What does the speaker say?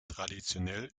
traditionell